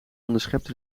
onderschepte